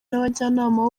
n’abajyanama